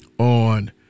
On